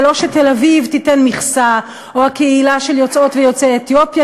זה לא שתל-אביב תיתן מכסה או הקהילה של יוצאות ויוצאי אתיופיה